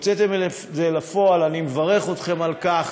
הוצאתם את זה לפועל, ואני מברך אתכם על כך.